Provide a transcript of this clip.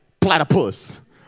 platypus